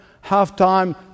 half-time